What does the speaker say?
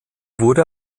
wurde